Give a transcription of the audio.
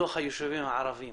לתוך הישובים הערבים.